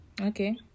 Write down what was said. Okay